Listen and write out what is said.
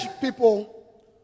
people